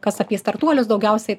kas apie startuolius daugiausiai